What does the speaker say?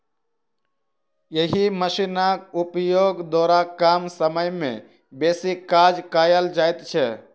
एहि मशीनक उपयोग द्वारा कम समय मे बेसी काज कयल जाइत छै